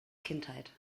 kindheit